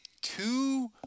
two